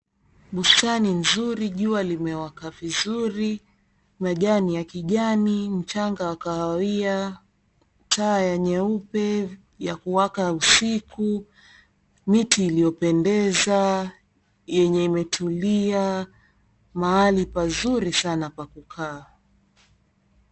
Bustani nzuri jua limewaka vizuri, majani ya kijani, mchanga wa kahawia, taa ya nyeupe vya kuwaka usiku, miti iliyopendeza yenye imetulia, mahali pazuri sana pa kukaa.